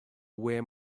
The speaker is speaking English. where